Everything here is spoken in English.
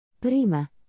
Prima